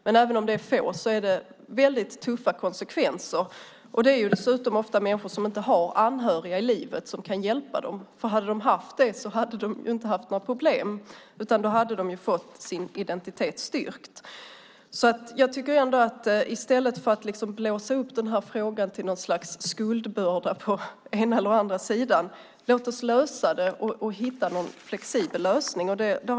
Men även om de är få blir det väldigt tuffa konsekvenser. Det är dessutom ofta människor som inte har anhöriga i livet som kan hjälpa dem. Hade de haft det hade de inte haft några problem. Då hade de fått sin identitet styrkt. I stället för att blåsa upp något slags skuldbörda i frågan på den ena eller andra sidan tycker jag att vi bör kunna hitta någon flexibel lösning och lösa det.